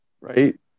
right